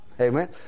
Amen